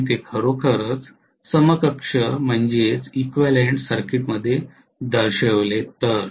जर मी ते खरोखर समकक्ष सर्किटमध्ये दर्शविले तर